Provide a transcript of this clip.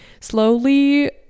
Slowly